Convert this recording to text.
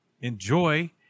enjoy